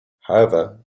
however